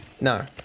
no